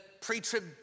pre-trib